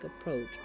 approach